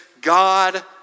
God